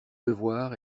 devoir